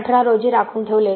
18 रोजी राखून ठेवले